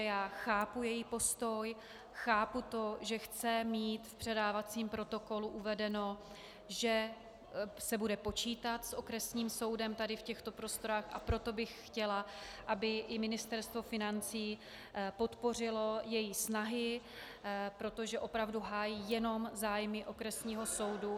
Já chápu její postoj, chápu to, že chce mít v předávacím protokolu uvedeno, že se bude počítat s okresním soudem v těchto prostorách, a proto bych chtěla, aby i Ministerstvo financí podpořilo její snahy, protože opravdu hájí jenom zájmy okresního soudu.